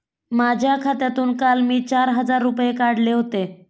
माझ्या खात्यातून काल मी चार हजार रुपये काढले होते